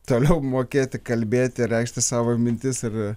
toliau mokėti kalbėti reikšti savo mintis ir